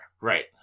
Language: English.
right